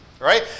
Right